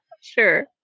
Sure